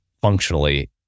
functionally